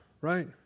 Right